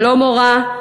ללא מורא,